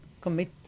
commit